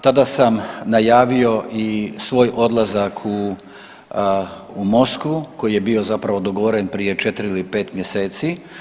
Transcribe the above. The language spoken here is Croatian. Tada sam najavio i svoj odlazak u Moskvu koji je bio zapravo dogovoren prije 4 ili 5 mjeseci.